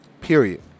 Period